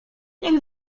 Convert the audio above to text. niech